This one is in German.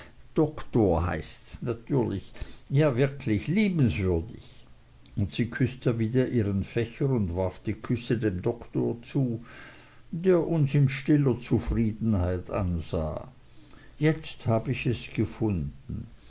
doktor heißts natürlich ja wirklich liebenswürdig sie küßte wieder ihren fächer und warf die küsse dem doktor zu der uns in stiller zufriedenheit ansah jetzt habe ich es gefunden